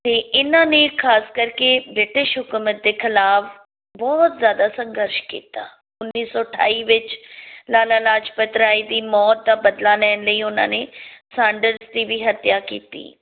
ਅਤੇ ਇਹਨਾਂ ਨੇ ਖ਼ਾਸ ਕਰਕੇ ਬ੍ਰਿਟਿਸ਼ ਹਕੂਮਤ ਦੇ ਖਿਲਾਫ ਬਹੁਤ ਜ਼ਿਆਦਾ ਸੰਘਰਸ਼ ਕੀਤਾ ਉੱਨੀ ਸੌ ਅਠਾਈ ਵਿੱਚ ਲਾਲਾ ਲਾਜਪਤ ਰਾਏ ਦੀ ਮੌਤ ਦਾ ਬਦਲਾ ਲੈਣ ਲਈ ਉਹਨਾਂ ਨੇ ਸਾਡਰਸ ਦੀ ਵੀ ਹੱਤਿਆ ਕੀਤੀ